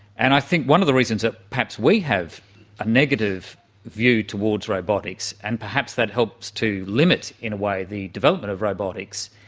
and i think one of the reasons that perhaps we have a negative view towards robotics and perhaps that helps to limit, in a way, the development of robotics,